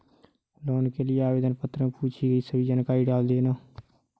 loan के लिए आवेदन पत्र में पूछी गई सभी जानकारी डाल देना